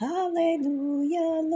Hallelujah